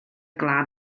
glan